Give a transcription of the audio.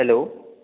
hello